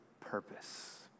purpose